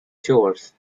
chores